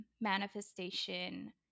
Manifestation